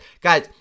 Guys